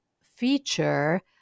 feature